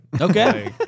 Okay